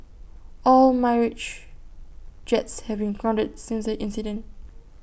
all Mirage jets have been grounded since the incident